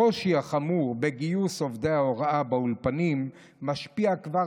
הקושי החמור בגיוס עובדי ההוראה באולפנים משפיע כבר